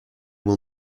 will